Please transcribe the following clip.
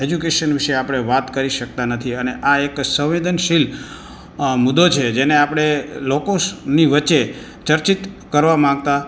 education વિશે આપણે વાત કરી શકતા નથી અને આ એક સવેદનશીલ મુદ્દો છે જેને આપણે લોકો સ ની વચ્ચે ચર્ચિત કરવા માગતા